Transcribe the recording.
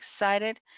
excited